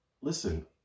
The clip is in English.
Listen